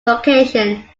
location